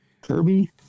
Kirby